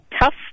tough